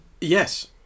yes